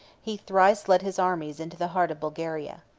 he thrice led his armies into the heart of bulgaria.